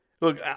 Look